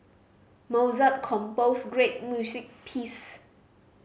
Mozart composed great music piece